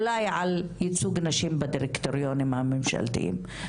אולי על ייצוג נשים בדירקטוריונים הממשלתיים.